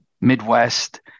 Midwest